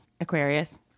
Aquarius